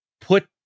put